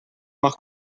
mag